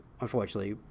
unfortunately